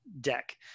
deck